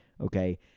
Okay